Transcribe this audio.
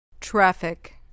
Traffic